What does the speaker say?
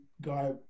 guy